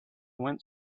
went